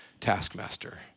taskmaster